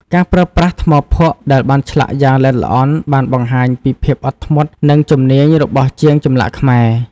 ការប្រើប្រាស់ថ្មភក់ដែលបានឆ្លាក់យ៉ាងល្អិតល្អន់បានបង្ហាញពីភាពអត់ធ្មត់និងជំនាញរបស់ជាងចម្លាក់ខ្មែរ។